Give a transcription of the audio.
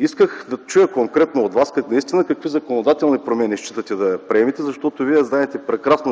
Исках да чуя конкретно от Вас какви законодателни промени смятате да приемете? Вие знаете,